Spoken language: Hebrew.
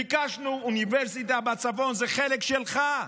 ביקשנו אוניברסיטה בצפון, זה חלק שלך.